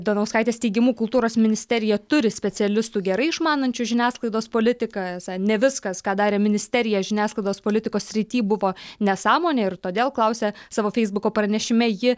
donauskaitės teigimu kultūros ministerija turi specialistų gerai išmanančių žiniasklaidos politiką esą ne viskas ką darė ministerija žiniasklaidos politikos srity buvo nesąmonė ir todėl klausia savo feisbuko pranešime ji